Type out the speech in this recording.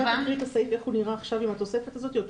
לאן